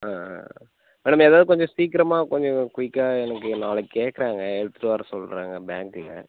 ஆ ஆ மேடம் ஏதாவது கொஞ்சம் சீக்கிரமாக கொஞ்சம் குயிக்காக எனக்கு நாளைக்கு கேக்கிறாங்க எடுத்துட்டு வர சொல்கிறாங்க பேங்க்கில்